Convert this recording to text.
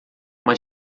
uma